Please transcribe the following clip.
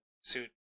suit